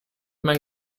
man